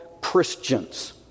Christians